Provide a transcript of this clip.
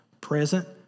present